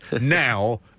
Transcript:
now